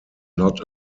not